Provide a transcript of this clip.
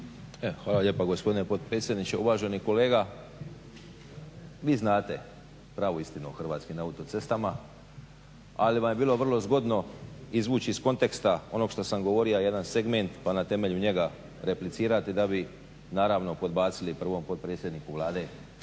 hvala lijepa gospodine potpredsjedniče. Uvaženi kolega vi znate pravu istinu o hrvatskim autocestama, ali vam je bilo vrlo zgodno izvući iz konteksta onog što sam govorio jedan segment pa na temelju njega replicirate da bi naravno podbacili prvom potpredsjedniku Vlade